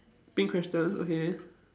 pink questions okay